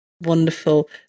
Wonderful